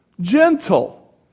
gentle